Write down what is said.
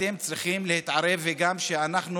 אתם צריכים להתערב, וגם אנחנו,